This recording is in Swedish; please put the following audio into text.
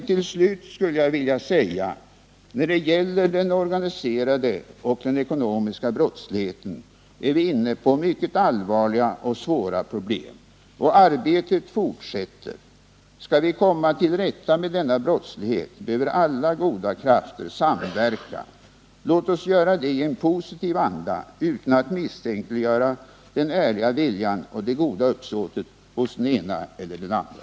Till slut skulle jag vilja säga att när det gäller den ekonomiska och den organiserade brottsligheten är vi inne på mycket allvarliga och svåra problem. Kampen mot den brottsligheten skall fortsätta. Skall vi komma till rätta med denna brottslighet behöver alla goda krafter samverka. Låt oss göra det i en positiv anda utan att misstänkliggöra den ärliga viljan och det goda uppsåtet hos den ena eller den andra.